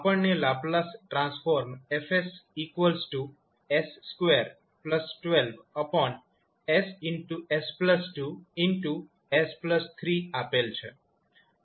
આપણને Laplace transform F s212ss2s3આપેલ છે